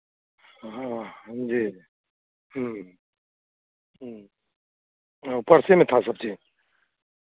हाँ जी जी ह्म्म पर्से में था सब चीज़